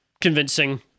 convincing